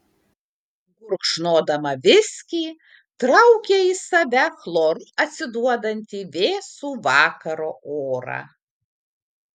gurkšnodama viskį traukė į save chloru atsiduodantį vėsų vakaro orą